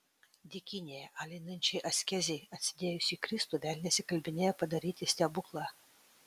dykynėje alinančiai askezei atsidėjusį kristų velnias įkalbinėja padaryti stebuklą